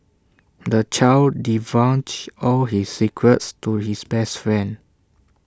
the child divulged all his secrets to his best friend